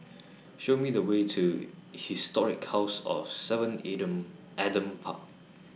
Show Me The Way to Historic House of seven Adam Adam Park